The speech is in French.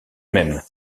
même